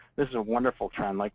this is a wonderful trend. like